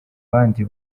bandi